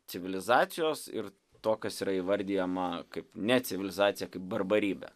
civilizacijos ir to kas yra įvardijama kaip ne civilizaciją kaip barbarybė